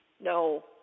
No